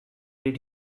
did